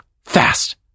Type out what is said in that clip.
Fast